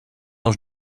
els